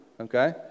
okay